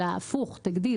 אלא הפוך תגדיל.